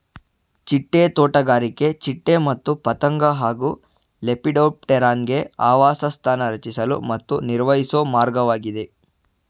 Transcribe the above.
ಚಿಟ್ಟೆ ತೋಟಗಾರಿಕೆ ಚಿಟ್ಟೆ ಮತ್ತು ಪತಂಗ ಹಾಗೂ ಲೆಪಿಡೋಪ್ಟೆರಾನ್ಗೆ ಆವಾಸಸ್ಥಾನ ರಚಿಸಲು ಮತ್ತು ನಿರ್ವಹಿಸೊ ಮಾರ್ಗವಾಗಿದೆ